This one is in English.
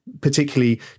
particularly